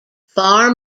far